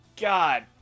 God